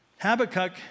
Habakkuk